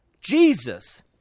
Jesus